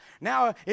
Now